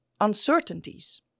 uncertainties